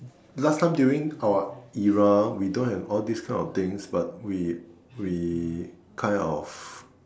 last time during our era we don't have all these kind of things but we we kind of